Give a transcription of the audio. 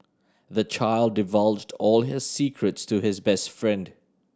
the child divulged all his secrets to his best friend